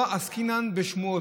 לא עסקינן בשמועות.